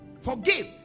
Forgive